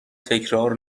تکرار